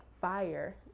fire